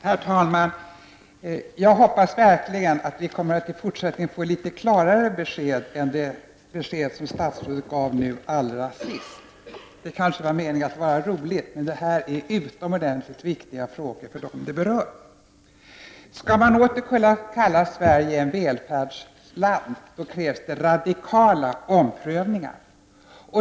Herr talman! Jag hoppas verkligen att vi i fortsättningen kommer att få litet klarare besked än det som statsrådet gav nu allra senast. Det var kanske menat att vara roligt, men det här är utomordentligt viktiga frågor för dem som berörs. Skall man åter kunna kalla Sverige ett välfärdsland krävs det radikala omprövningar.